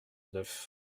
neuf